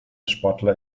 sportler